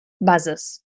buzzes